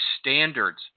standards